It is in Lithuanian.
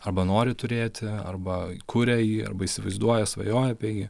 arba nori turėti arba kuria jį arba įsivaizduoja svajoja apie jį